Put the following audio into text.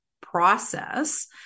process